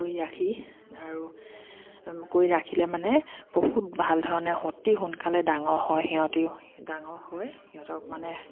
কৰি ৰাখি আৰু কৰি ৰাখিলে মানে বহুত ভাল ধৰণে অতি সোনকালে ডাঙৰ হয় সিহঁত ডাঙৰ হৈ সিহঁতক মানে